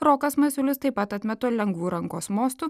rokas masiulis taip pat atmeta lengvu rankos mostu